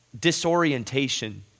disorientation